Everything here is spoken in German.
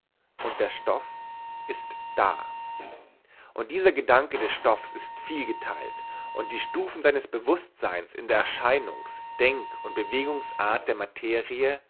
und der stoff ist da und dieser gedanke des stoffs ist vielgeteilt und die stufen seines bewußtseins in der erscheinungs denk und bewegungsart der materie